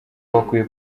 bakwiye